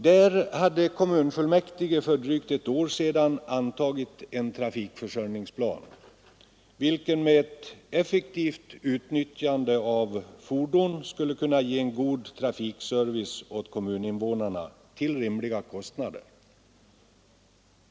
Där hade kommunfullmäktige för drygt ett år sedan antagit en trafikförsörjningsplan, vilken med ett effektivt utnyttjande av fordon skulle kunna ge en god trafikservice åt kommuninvånarna till rimliga kostnader.